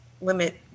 limit